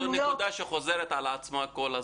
זאת נקודה שחוזרת על עצמה כל הזמן: